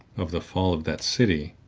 of the fall of that city,